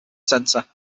centre